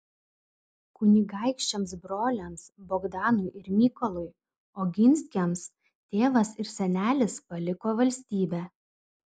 kunigaikščiams broliams bogdanui ir mykolui oginskiams tėvas ir senelis paliko valstybę